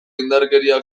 indarkeria